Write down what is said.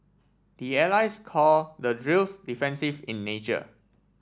the allies call the drills defensive in nature